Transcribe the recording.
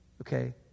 okay